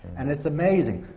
and it's amazing.